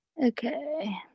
Okay